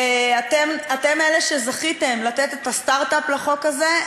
אתם אלה שזכיתם לתת את הסטרט-אפ לחוק הזה,